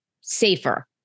safer